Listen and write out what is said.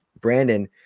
Brandon